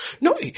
No